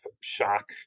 shock